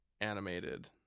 animated